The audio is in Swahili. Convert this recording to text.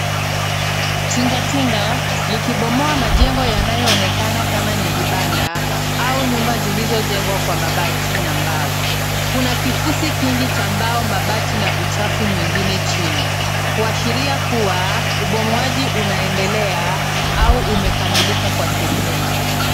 Tingatinga likibomoa majengo yanayoonekana kama ni vibanda au nyumba zilizojengwa kwa mabati na mbao. Kuna kifusi kingi cha mbao mabati na uchafu mwingine chini, kuashiria kuwa ubomoaji unaendelea au umekamilika kwa sehemu.